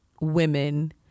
women